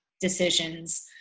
decisions